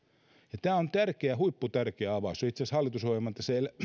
tämä on huipputärkeä avaus se on itse asiassa tässä hallitusohjelman